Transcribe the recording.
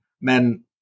men